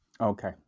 Okay